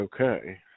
okay